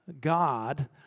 God